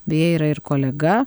beje yra ir kolega